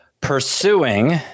pursuing